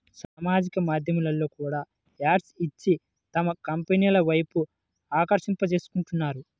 సామాజిక మాధ్యమాల్లో కూడా యాడ్స్ ఇచ్చి తమ కంపెనీల వైపు ఆకర్షింపజేసుకుంటున్నారు